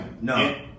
No